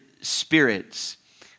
spirits